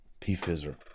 Pfizer